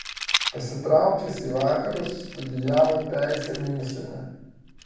pasitraukęs į vakarus studijavo teisę miunchene